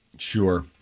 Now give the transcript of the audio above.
Sure